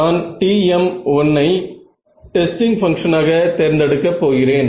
நான் Tm1 ஐ testing பங்ஷனாக தேர்ந்தெடுக்க போகிறேன்